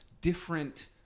different